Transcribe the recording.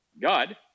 God